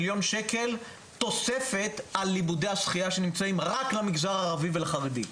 1 מיליון שקל תוספת על לימודי השחייה שנמצאים רק למגזר הערבי ולחרדי,